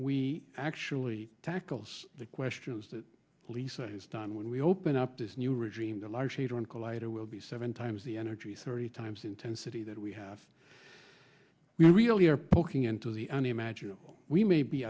we actually tackles the questions that lisa has done when we open up this new regime the large hadron collider will be seven times the energy thirty times intensity that we have we really are poking into the unimaginable we may be